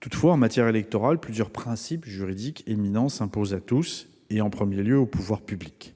Toutefois, en matière électorale, plusieurs principes juridiques éminents s'imposent à tous et, en premier lieu, aux pouvoirs publics.